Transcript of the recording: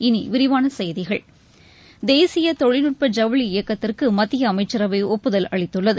இனி விரிவான செய்திகள் தேசிய தொழில்நுட்ப ஜவுளி இயக்கத்திற்கு மத்திய அமைச்சரவை ஒப்புதல் அளித்துள்ளது